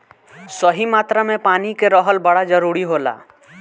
सही मात्रा में पानी के रहल बड़ा जरूरी होला